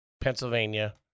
Pennsylvania